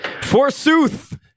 Forsooth